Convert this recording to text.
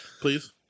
Please